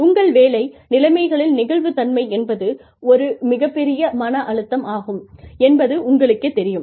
உங்கள் வேலை நிலைமைகளில் நெகிழ்வுத்தன்மை என்பது ஒரு மிகப் பெரிய மன அழுத்தமாகும் என்பது உங்களுக்கேத் தெரியும்